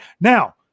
Now